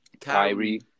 Kyrie